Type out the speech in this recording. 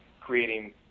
creating